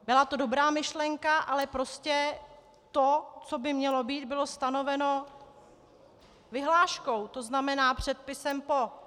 Byla to dobrá myšlenka, ale prostě to, co by mělo být, bylo stanoveno vyhláškou, to znamená předpisem po.